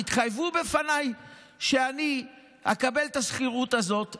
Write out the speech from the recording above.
תתחייבו בפניי שאני אקבל את השכירות הזאת,